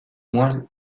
moins